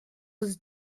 was